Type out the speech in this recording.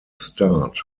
start